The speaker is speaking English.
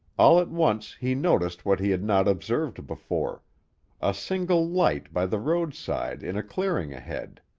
all at once he noticed what he had not observed before a single light by the roadside in a clearing ahead.